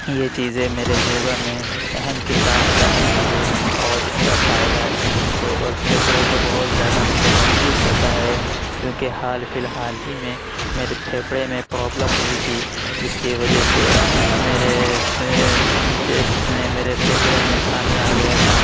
یہ چیزیں میرے یوگا میں اہم کردار ادا کرتی ہے اور اِس کا فائدہ جسم کو اور پھیپھڑے کو بہت زیادہ مجھے محسوس ہوتا ہے کیونکہ حال فی الحال ہی میں میرے پھیپھڑے میں پرابلم ہوئی تھی جس کی وجہ سے میرے چیسٹ میں میرے پھیپھڑے میں پانی آ گیا تھا